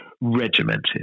regimented